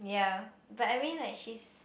ya but I mean like she's